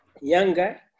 younger